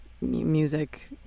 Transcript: Music